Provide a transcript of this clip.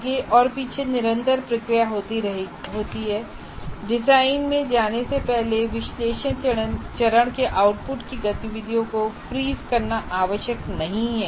आगे और पीछे निरंतर प्रतिक्रिया होती है और डिजाइन में जाने से पहले विश्लेषण चरण के आउटपुट की गतिविधियों को फ्रीज करना आवश्यक नहीं है